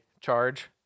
charge